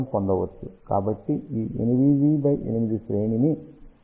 కాబట్టి ఈ 8 x 8 శ్రేణి ని నేను మీకు చూపించాలనుకుంటున్నాను